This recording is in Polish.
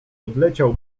odleciał